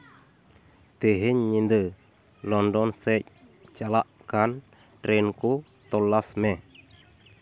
ᱛᱮᱦᱮᱧ ᱧᱤᱫᱟᱹ ᱞᱚᱱᱰᱚᱱ ᱥᱮᱡ ᱪᱟᱞᱟᱜ ᱠᱟᱱ ᱴᱨᱮᱹᱱ ᱠᱚ ᱛᱚᱞᱟᱥ ᱢᱮ